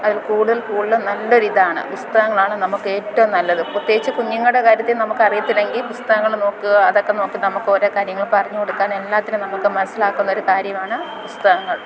അത് കൂടുതൽല് കൂടുതലും നല്ലൊരിതാണ് പുസ്തകങ്ങളാണ് നമുക്കേറ്റോം നല്ലത് പ്രത്യേകിച്ച് കുഞ്ഞുങ്ങളുടെ കാര്യത്തിൽ നമുക്കറിയത്തില്ലെങ്കിൽ പുസ്തകങ്ങൾ നോക്കുക അതൊക്കെ നോക്കി നമുക്കൊരോ കാര്യങ്ങൾ പറഞ്ഞ് കൊടുക്കാൻ എല്ലാത്തിനും നമുക്ക് മനസ്സിലാക്കുന്നൊരു കാര്യമാണ് പുസ്തകങ്ങൾ